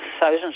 thousands